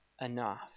enough